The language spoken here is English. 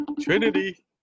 Trinity